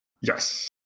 Yes